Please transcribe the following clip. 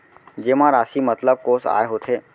जेमा राशि मतलब कोस आय होथे?